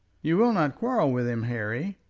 you will not quarrel with him, harry?